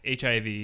HIV